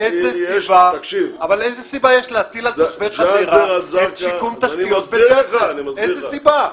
יש להטיל על תושבי חדרה את שיקום תשתיות --- איזו סיבה?